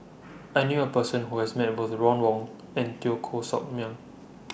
I knew A Person Who has Met Both Ron Wong and Teo Koh Sock Miang